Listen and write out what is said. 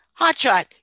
Hotshot